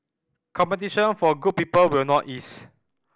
competition for good people will not ease